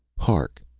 hark!